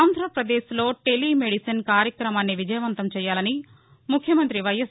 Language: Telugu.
ఆంధ్రప్రదేశ్లో టెలి మెడిసిన్ కార్యక్రమాన్ని విజయవంతం చేయాలని ముఖ్యమంత్రి వైఎస్